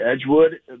Edgewood